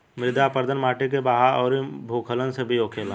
मृदा अपरदन माटी के बहाव अउरी भूखलन से भी होखेला